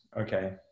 okay